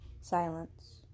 Silence